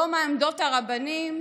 לא מה עמדות הרבנים,